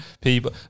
people